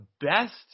best